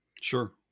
sure